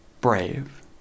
Brave